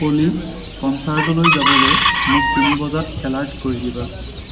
অ'লি কনচাৰ্টলৈ যাবলৈ মোক তিনি বজাত এলাৰ্ট কৰি দিবা